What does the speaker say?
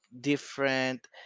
different